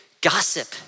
gossip